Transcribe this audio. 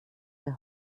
für